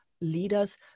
leaders